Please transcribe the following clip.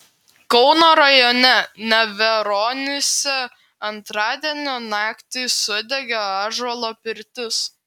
kauno rajone neveronyse antradienio naktį sudegė ąžuolo pirtis